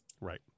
right